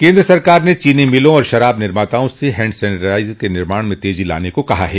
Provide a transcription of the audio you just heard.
केन्द्र सरकार ने चीनी मिलों और शराब निर्माताओं से हैंड सैनिटाइजर के निर्माण में तेजी लाने को कहा है